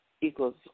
equals